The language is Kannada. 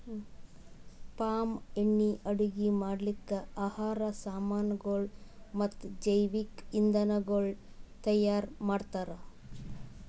ಪಾಮ್ ಎಣ್ಣಿ ಅಡುಗಿ ಮಾಡ್ಲುಕ್, ಆಹಾರ್ ಸಾಮನಗೊಳ್ ಮತ್ತ ಜವಿಕ್ ಇಂಧನಗೊಳ್ ತೈಯಾರ್ ಮಾಡ್ತಾರ್